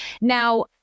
now